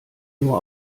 nur